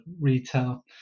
retail